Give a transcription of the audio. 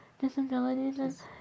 disabilities